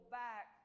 back